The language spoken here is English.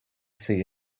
see